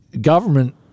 government